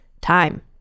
time